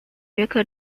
约克